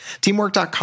Teamwork.com